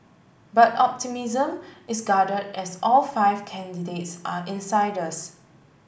but optimism is guarded as all five candidates are insiders